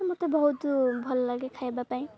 ମତେ ବହୁତ ଭଲ ଲାଗେ ଖାଇବା ପାଇଁ